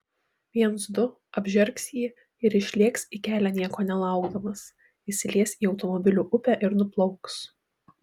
viens du apžergs jį ir išlėks į kelią nieko nelaukdamas įsilies į automobilių upę ir nuplauks